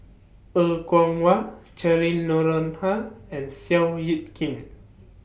Er Kwong Wah Cheryl Noronha and Seow Yit Kin